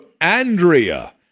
Andrea